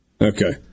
Okay